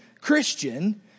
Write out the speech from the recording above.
Christian